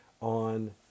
on